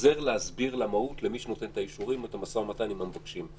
עוזר להסביר למהות למי שנותן את האישורים או את המשא ומתן עם המבקשים.